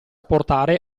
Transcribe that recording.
portare